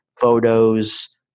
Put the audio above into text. photos